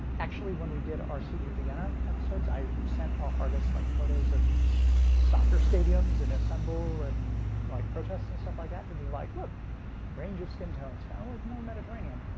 actually when we did our siege of vienna episodes i sent our artists like photos of soccer stadiums in istanbul and like protests and stuff like that to be like look range of skin tones kind of like more mediterranean.